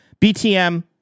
BTM